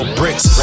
bricks